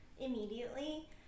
immediately